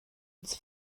its